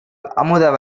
அமுத